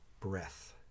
breath